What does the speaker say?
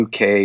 UK